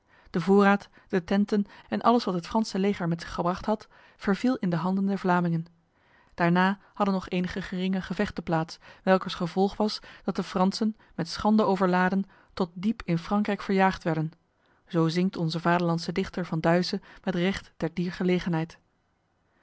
de voorraad de tenten en alles wat het franse leger met zich gebracht had verviel in de handen der vlamingen daarna hadden nog enige geringe gevechten plaats welkers gevolg was dat de fransen met schande overladen tot diep in frankrijk verjaagd werden zo zingt onze vaderlandse dichter van duyse met recht ter dier gelegenheid